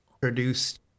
produced